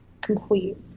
complete